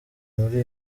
muri